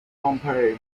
pompeii